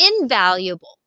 invaluable